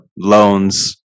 loans